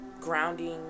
grounding